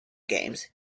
games